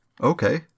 Okay